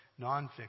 nonfiction